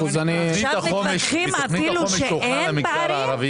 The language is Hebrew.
מתווכחים שאין פערים?